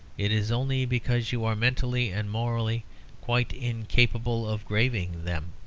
it is only because you are mentally and morally quite incapable of graving them.